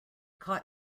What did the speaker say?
caught